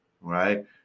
right